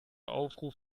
aufruf